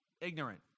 ignorant